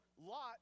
Lot